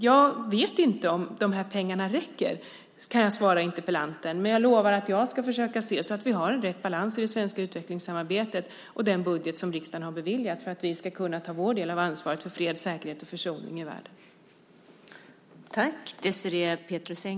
Jag vet inte om de här pengarna räcker, kan jag svara interpellanten, men jag lovar att jag ska försöka se till att vi har rätt balans i det svenska utvecklingssamarbetet och den budget som riksdagen har beviljat för att vi ska kunna ta vår del av ansvaret för fred, säkerhet och försoning i världen.